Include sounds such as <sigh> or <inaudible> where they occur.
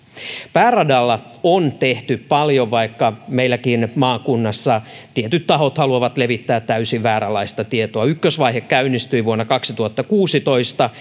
pääradalla on tehty paljon vaikka meilläkin maakunnassa tietyt tahot haluavat levittää täysin vääränlaista tietoa ykkösvaihe käynnistyi vuonna kaksituhattakuusitoista <unintelligible>